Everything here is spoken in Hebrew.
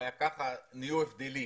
שנהיו הבדלים,